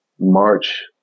March